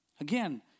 Again